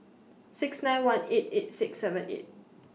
six nine one eight eight six seven eight